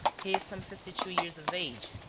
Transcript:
he is some fifty-two years of age,